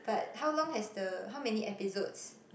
but how long has the how many episodes